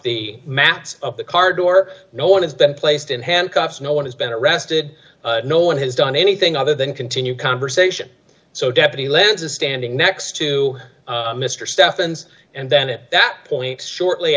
the maps of the car door no one has been placed in handcuffs no one has been arrested no one has done anything other d than continue conversation so deputy lends a standing next to mr stephens and then it that point shortly